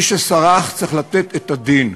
מי שסרח צריך לתת את הדין.